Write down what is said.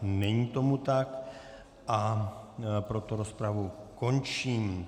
Není tomu tak, proto rozpravu končím.